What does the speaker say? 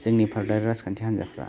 जोंनि भारतआरि राजखान्थि हान्जाफ्रा